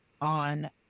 on